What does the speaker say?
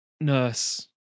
nurse